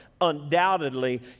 undoubtedly